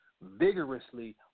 vigorously